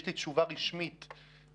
יש לי תשובה רשמית שלכם,